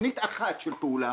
תוכנית אחת של פעולה?